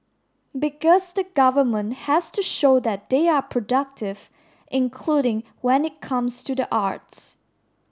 because the government has to show that they are productive including when it comes to the arts